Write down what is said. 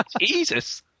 Jesus